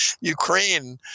Ukraine